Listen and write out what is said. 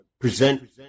present